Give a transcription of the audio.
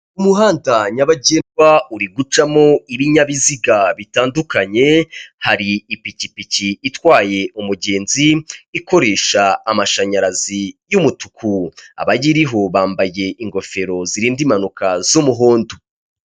Umuhanda nyabagendwa uri gucamo ibinyabiziga bitandukanye hari ipikipiki itwaye umugenzi ikoresha amashanyarazi y'umutuku, abayiriho bambaye ingofero zirinda impanuka z'umuhondo.